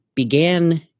began